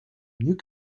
mieux